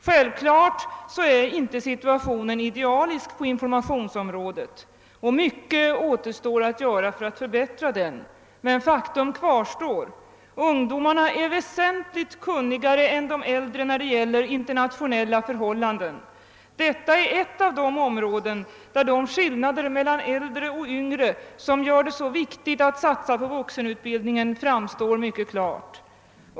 Självklart är inte situationen idealisk på informationsområdet; mycket återstår att göra för att förbättra den. Men faktum kvarstår: ungdomarna är väsentligt kunnigare än de äldre när det gäller internationella förhållanden. Detta är ett av de områden, där de skillnader mel lan äldre och yngre människor som gör det nödvändigt att satsa på vuxenutbildning, framstår mycket klart.